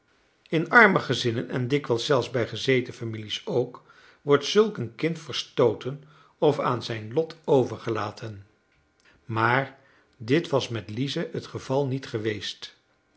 in arme gezinnen en dikwijls zelfs bij gezeten families ook wordt zulk een kind verstooten of aan zijn lot overgelaten maar dit was met lize het geval niet geweest